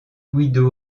guido